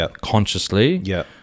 consciously